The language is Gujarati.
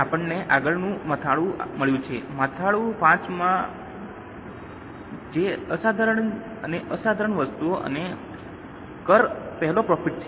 હવે આપણને આગળનું મથાળું મળ્યું છે મથાળું V કે જે અસાધારણ અને અસાધારણ વસ્તુઓ અને કર પહેલાં પ્રોફિટ છે